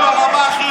אתה ראית מה הלך שם?